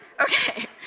Okay